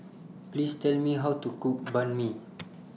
Please Tell Me How to Cook Banh MI